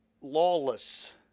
lawless